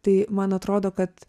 tai man atrodo kad